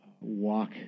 walk